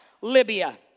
Libya